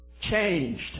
Changed